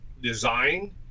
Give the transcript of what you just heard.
design